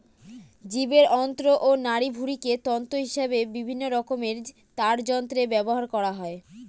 জীবের অন্ত্র ও নাড়িভুঁড়িকে তন্তু হিসেবে বিভিন্নরকমের তারযন্ত্রে ব্যবহার করা হয়